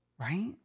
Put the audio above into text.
Right